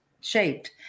shaped